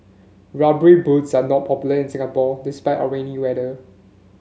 rubber boots are not popular in Singapore despite our rainy weather